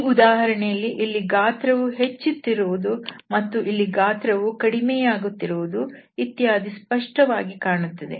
ಈ ಉದಾಹರಣೆಯಲ್ಲಿ ಇಲ್ಲಿ ಗಾತ್ರವು ಹೆಚ್ಚುತ್ತಿರುವುದು ಮತ್ತು ಇಲ್ಲಿ ಗಾತ್ರವು ಕಡಿಮೆಯಾಗುತ್ತಿರುವುದು ಇತ್ಯಾದಿ ಸ್ಪಷ್ಟವಾಗಿ ಕಾಣುತ್ತದೆ